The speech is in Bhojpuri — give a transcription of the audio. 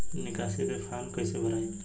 निकासी के फार्म कईसे भराई?